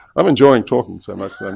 i'm enjoying talking so much. and